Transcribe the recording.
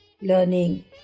learning